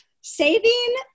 saving